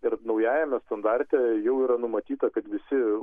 ir naujajame standarte jau yra numatyta kad visi